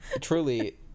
truly